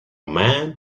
man